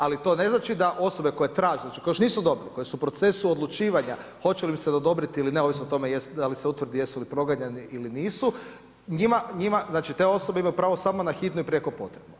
Ali to ne znači da osobe koje traže, znači koje još nisu dobile, koje su u procesu odlučivanja hoće li im se odobriti ili ne ovisno o tome da se utvrdi jesu li proganjani ili nisu, njima znači te osobe imaju pravo samo na hitnu i prijeko potrebnu.